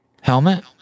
helmet